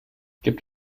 gibt